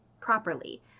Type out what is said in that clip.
properly